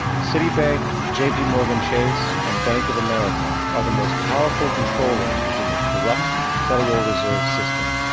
citibank, jp morgan chase and bank of america are the most powerful controllers within the corrupt federal reserve system.